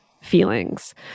feelings